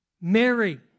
Mary